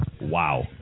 Wow